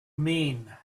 mean